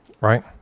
Right